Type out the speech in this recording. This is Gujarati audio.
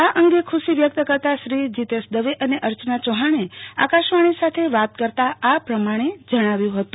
આ અંગે ખુશી વ્યક્ત કરતા શ્રી જીતેશ દવે અને અર્ચના ચોફાને આકાશવાણી સાથે વાત કરતા આ પ્રમાણે જણાવ્યું હતું